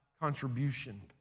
contribution